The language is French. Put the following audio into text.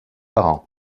parents